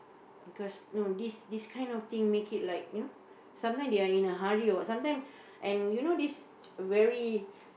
because no this this this kind of thing make it like you know some time they are in a hurry or what some time and you know this very